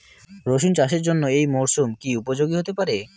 রসুন চাষের জন্য এই মরসুম কি উপযোগী হতে পারে?